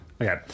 Okay